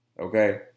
Okay